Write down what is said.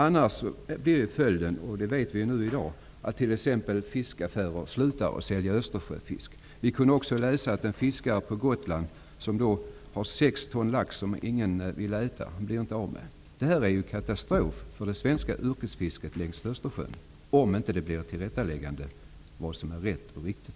Annars blir följden -- det vet vi i dag -- att t.ex. fiskaffärer slutar att sälja Östersjöfisk. Vi har kunnat läsa att en fiskare på Gotland har 6 ton lax som ingen vill äta, fiskaren blir inte av med den. Det är katastrof för det svenska yrkesfisket i Östersjön, om vi inte kan få ett tillrättaläggande och få veta vad som är rätt och riktigt.